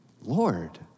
Lord